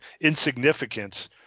insignificance